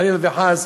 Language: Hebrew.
חלילה וחס,